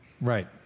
Right